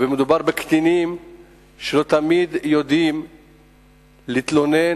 ומדובר בקטינים שלא תמיד יודעים להתלונן